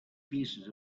pieces